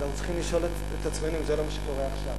ואנחנו צריכים לשאול את עצמנו אם זה לא מה שקורה עכשיו,